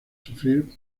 sufrir